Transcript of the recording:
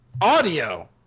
audio